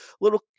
little